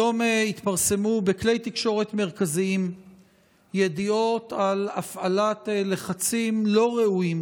היום התפרסמו בכלי תקשורת מרכזיים ידיעות על הפעלת לחצים לא ראויים